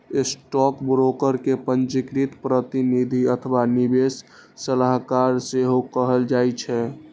stockbroker कें पंजीकृत प्रतिनिधि अथवा निवेश सलाहकार सेहो कहल जाइ छै